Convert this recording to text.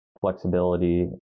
flexibility